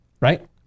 right